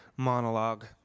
monologue